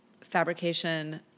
fabrication